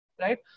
right